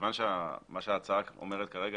כיוון שמה שההצעה אומרת כרגע,